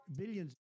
billions